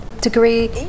degree